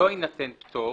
לא יינתן פטור,